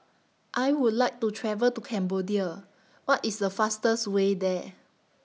I Would like to travel to Cambodia What IS The fastest Way There